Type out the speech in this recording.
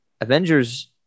Avengers